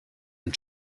and